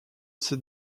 ses